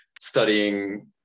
studying